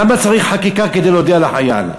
למה צריך חקיקה כדי להודיע לחייל?